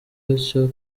bityo